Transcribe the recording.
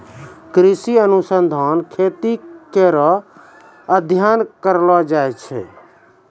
कृषि अनुसंधान खेती करै रो अध्ययन करलो जाय छै